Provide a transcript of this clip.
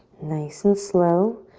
nice and slow,